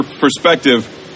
perspective